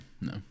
no